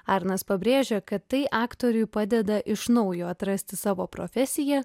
arnas pabrėžia kad tai aktoriui padeda iš naujo atrasti savo profesiją